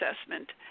assessment